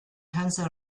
hansa